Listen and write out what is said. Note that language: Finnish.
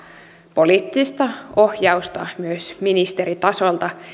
poliittista ohjausta myös ministeritasolta